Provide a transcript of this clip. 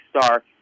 star